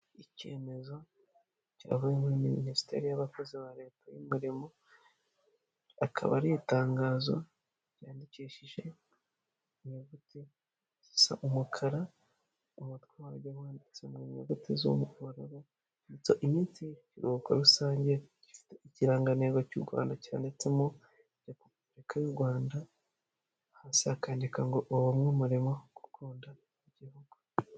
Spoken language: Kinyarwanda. Icyemezo cyavuye muri minisiteri y'abakozi ba leta y'umurimo, akaba ari itangazo ryandikishije inyuguti zisa umukara umutwe waryo wanditse mu nyuguti z'ubururu, handitse ngo "iminsi y'ikiruhuko rusange" gifite ikirangantego cy'u Rwanda cyanditsemo repubulika y'u Rwanda, hasi hakandika ngo ubumwe, umurimo no gukunda igihugu.